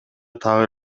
так